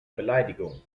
beleidigung